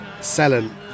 selling